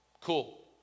cool